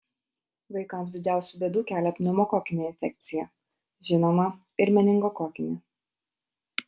vaikams didžiausių bėdų kelia pneumokokinė infekcija žinoma ir meningokokinė